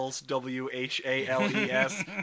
W-H-A-L-E-S